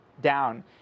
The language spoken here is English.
down